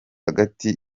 agati